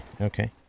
Okay